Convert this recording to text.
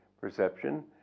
perception